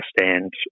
understand